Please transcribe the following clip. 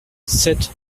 sept